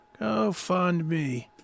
GoFundMe